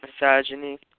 Misogyny